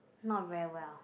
not very well